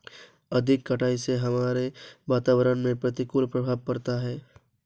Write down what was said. अधिक कटाई से हमारे वातावरण में प्रतिकूल प्रभाव पड़ता है